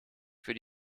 für